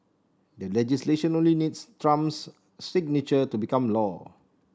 the legislation only needs Trump's signature to become law